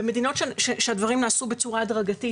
קיבלנו נתונים לגבי מדינות שבהן הדברים נעשו בצורה הדרגתית,